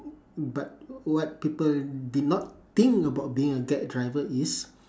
but what people did not think about being a grab driver is